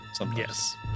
Yes